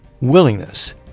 willingness